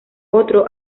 otro